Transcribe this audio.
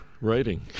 Writing